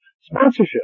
Sponsorship